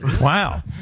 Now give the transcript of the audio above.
wow